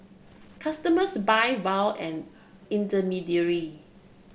customers buy vow an intermediary